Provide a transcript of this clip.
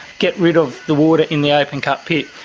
get rid of the water in the open cut pit.